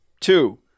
Two